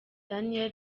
daniel